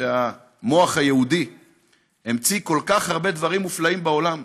שהמוח היהודי המציא כל כך הרבה דברים מופלאים בעולם.